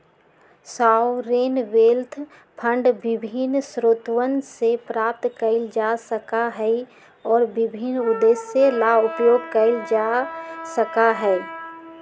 sovereign wealth fund विभिन्न स्रोतवन से प्राप्त कइल जा सका हई और विभिन्न उद्देश्य ला उपयोग कइल जा सका हई